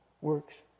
works